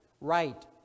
Right